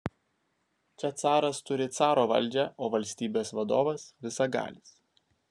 čia caras turi caro valdžią o valstybės vadovas visagalis